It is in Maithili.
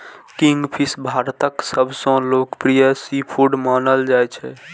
किंगफिश भारतक सबसं लोकप्रिय सीफूड मानल जाइ छै